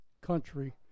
country